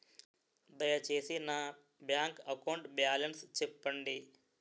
దయచేసి నా bank account balance చెప్పండి